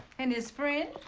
and his friend.